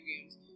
games